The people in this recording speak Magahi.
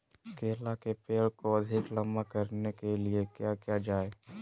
केला के पेड़ को अधिक लंबा करने के लिए किया किया जाए?